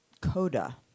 coda